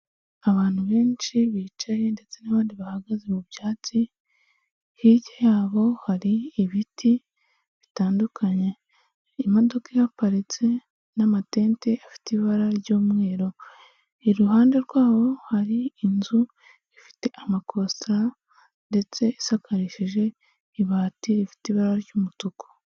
Abantu benshi bicaye ndetse n'abandi bahagaze mu byatsi, hirya yabo hari ibiti bitandukanye, imodoka ihaparitse n'amatente afite ibara ry'umweru, iruhande rwabo hari inzu ifite amakositara ndetse isakarishije ibati rifite ibara ry'umutuku.